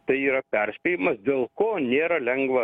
tai yra perspėjimas dėl ko nėra lengva